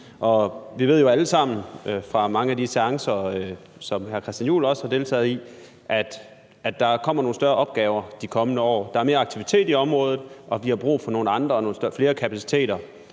Vi ved jo alle sammen fra mange af de seancer, som hr. Christian Juhl også har deltaget i, at der kommer nogle større opgaver de kommende år. Der er mere aktivitet i området, og vi har brug for nogle andre og flere kapaciteter